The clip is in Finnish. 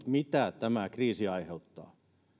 mitä tämä kriisi aiheuttaa